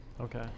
Okay